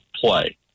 play